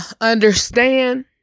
understand